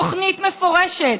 תוכנית מפורשת,